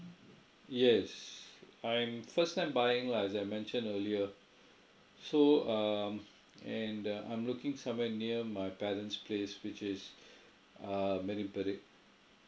yes I am first time buying lah as I mentioned earlier so um and uh I'm looking somewhere near my parent's place which is uh marine parade